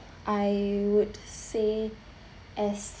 I would say as